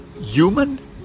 human